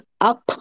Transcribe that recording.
up